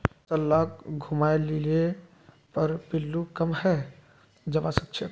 फसल लाक घूमाय लिले पर पिल्लू कम हैं जबा सखछेक